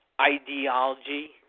ideology